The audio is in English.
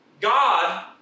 God